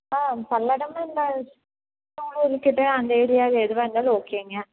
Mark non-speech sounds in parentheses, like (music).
ஆ பல்லடமில் இந்த (unintelligible) அந்த ஏரியாவில எதுவாக இருந்தாலும் ஓகேங்க